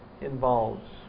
involves